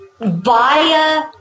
via